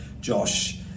Josh